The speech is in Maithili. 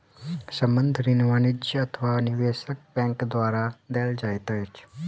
संबंद्ध ऋण वाणिज्य अथवा निवेशक बैंक द्वारा देल जाइत अछि